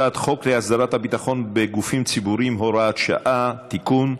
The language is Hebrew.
הצעת חוק להסדרת הביטחון בגופים ציבוריים (הוראת שעה) (תיקון),